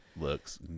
Looks